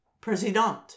president